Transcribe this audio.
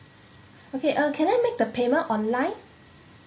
okay uh can I make the payment online